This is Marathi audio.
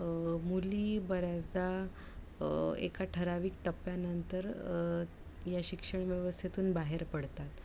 मु मुली बऱ्याचदा एका ठरावीक टप्प्यानंतर या शिक्षण व्यवस्थेतून बाहेर पडतात